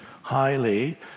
highly